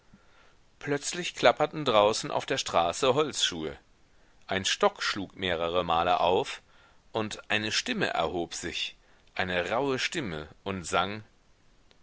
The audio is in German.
plötzlich klapperten draußen auf der straße holzschuhe ein stock schlug mehrere male auf und eine stimme erhob sich eine rauhe stimme und sang